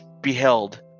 beheld